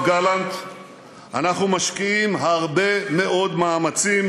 גלנט אנחנו משקיעים הרבה מאוד מאמצים,